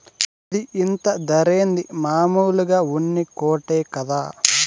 ఇది ఇంత ధరేంది, మామూలు ఉన్ని కోటే కదా